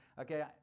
Okay